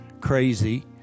crazy